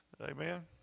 Amen